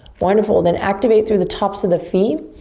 wonderful, then activate through the tops of the feet.